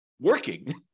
working